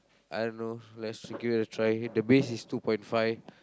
I don't know let's give it a try the base is two point five